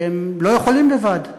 שהם לא יכולים לבד.